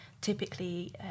typically